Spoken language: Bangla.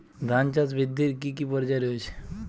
ধান চাষ বৃদ্ধির কী কী পর্যায় রয়েছে?